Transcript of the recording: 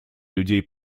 людей